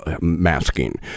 masking